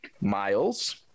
Miles